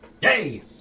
Yay